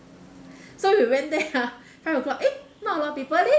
so we went there ah five o'clock eh not a lot people leh